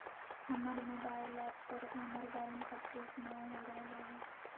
हमर mobile app पर हमर बैलेंस अपडेट नय हो रहलय हें